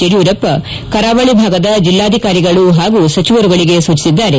ಯಡಿಯೂರಪ್ಪ ಕರಾವಳಿ ಭಾಗದ ಜಿಲ್ಲಾಧಿಕಾರಿಗಳು ಹಾಗೂ ಸಚಿವರುಗಳಿಗೆ ಸೂಚಿಸಿದ್ದಾರೆ